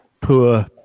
poor